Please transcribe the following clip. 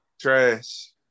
Trash